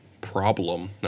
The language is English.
Problem